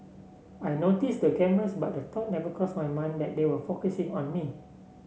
I noticed the cameras but the thought never crossed my mind that they were focusing on me